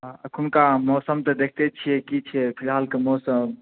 हँ अखुनका मौसम तऽ देखते छियै की छियै फिलहालके मौसम